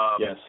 Yes